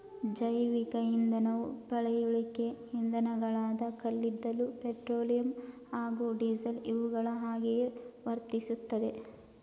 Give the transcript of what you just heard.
ಜೈವಿಕ ಇಂಧನವು ಪಳೆಯುಳಿಕೆ ಇಂಧನಗಳಾದ ಕಲ್ಲಿದ್ದಲು ಪೆಟ್ರೋಲಿಯಂ ಹಾಗೂ ಡೀಸೆಲ್ ಇವುಗಳ ಹಾಗೆಯೇ ವರ್ತಿಸ್ತದೆ